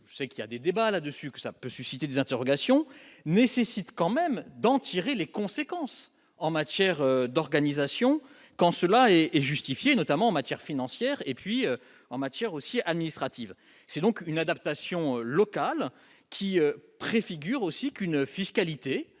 c'est qu'il y a des débats là-dessus que ça peut susciter des interrogations nécessite quand même d'en tirer les conséquences en matière d'organisation quand cela est justifié notamment en matière financière et puis en matière aussi administrative c'est donc une adaptation locale qui préfigure aussi qu'une fiscalité,